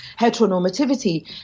heteronormativity